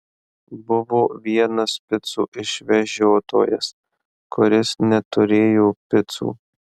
buvo vienas picų išvežiotojas kuris neturėjo picų